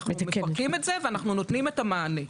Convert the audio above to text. אנחנו מפרקים את זה, ואנחנו נותנים את המענה.